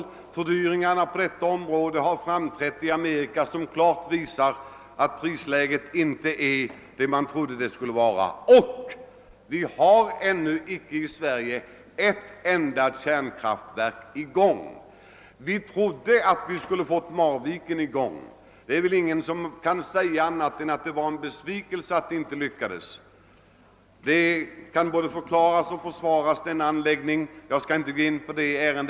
De fördyringar som där har konstaterats i Amerika visar klart att prisläget inte är vad man trodde att det skulle bli — och vi har ännu inte ett enda kärnkraftverk i gång här i Sverige. Vi trodde att vi skulle ha driften i gång i Marviken. Ingen kan väl säga annat än att det var en besvikelse att detta inte lyckades. Anläggningen kan både förklaras och försvaras, men jag skall inte gå in på den saken nu.